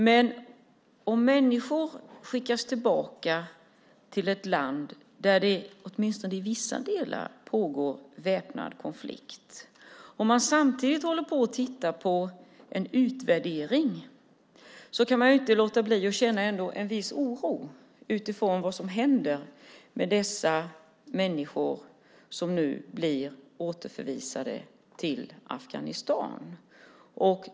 Men om människor skickas tillbaka till ett land där det, åtminstone i vissa delar, pågår väpnad konflikt och man samtidigt håller på och tittar på en utvärdering kan man inte låta bli att känna viss oro för vad som händer med dessa människor som nu blir återförvisade till Afghanistan.